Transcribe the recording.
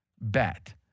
bet